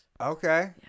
okay